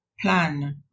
Plan